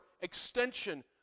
extension